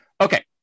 Okay